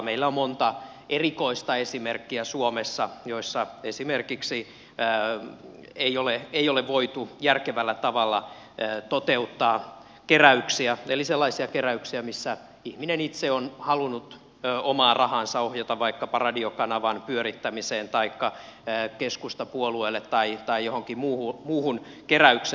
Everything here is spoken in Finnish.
meillä on suomessa monta erikoista esimerkkiä joissa esimerkiksi ei ole voitu järkevällä tavalla toteuttaa keräyksiä eli sellaisia keräyksiä missä ihminen itse on halunnut omaa rahaansa ohjata vaikkapa radiokanavan pyörittämiseen taikka keskustapuolueelle tai johonkin muuhun keräykseen